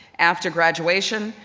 after graduation,